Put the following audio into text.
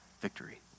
victory